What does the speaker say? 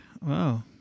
Wow